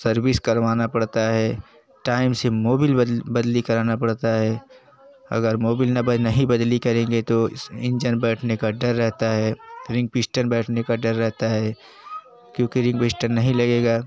service करवाना पड़ता है टाइम से मोबिल बदली करना पड़ता है अगर मोबिल ना नहीं बदली करेंगे तो इस इंजन बैठने का डर रहता है रिंग पिस्टन बैठने का डर रहता है क्योंकि रिंग पिस्टन नहीं लगेगा